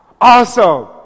awesome